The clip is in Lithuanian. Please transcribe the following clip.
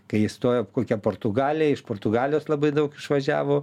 kai įstojo kokia portugalija iš portugalijos labai daug išvažiavo